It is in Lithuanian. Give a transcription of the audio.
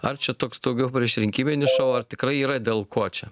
ar čia toks daugiau priešrinkiminis šou ar tikrai yra dėl ko čia